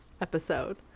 episode